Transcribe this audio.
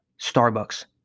Starbucks